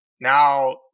now